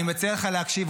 אני מציע לך להקשיב,